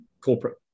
corporate